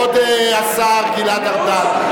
כבוד השר גלעד ארדן.